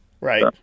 Right